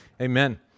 Amen